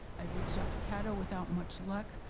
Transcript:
i've reached out to cata without much luck,